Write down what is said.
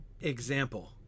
example